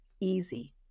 easy